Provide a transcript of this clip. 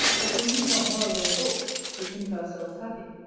that we need not borrow their thoughts, to think ourselves happy.